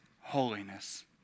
holiness